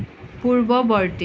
পূৰ্ববৰ্তী